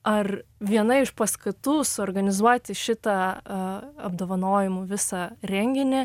ar viena iš paskatų suorganizuoti šitą apdovanojimų visą renginį